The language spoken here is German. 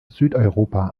südeuropa